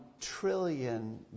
trillion